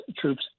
troops